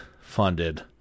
funded